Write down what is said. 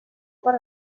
per